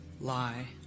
Lie